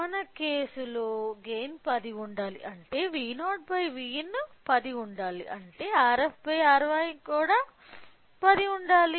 మన కేసు లో గైన్ 10 ఉండాలి అంటే V0 Vin 10 ఉండాలి అంటే Rf R1 కూడా 10 ఉండాలి